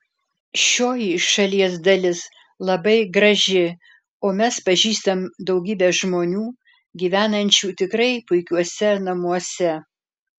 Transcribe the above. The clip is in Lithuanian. šioji šalies dalis labai graži o mes pažįstam daugybę žmonių gyvenančių tikrai puikiuose namuose